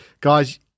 guys